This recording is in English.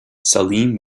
salim